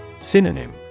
Synonym